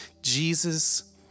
Jesus